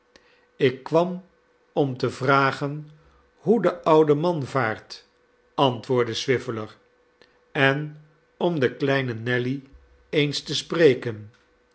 ik kwarn ora te vragen hoe de oude man vaart antwoordde swiveller en orn dekleine nelly eens te spreken